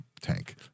tank